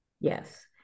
Yes